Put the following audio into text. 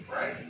Right